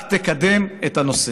רק תקדם את הנושא.